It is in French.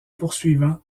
poursuivant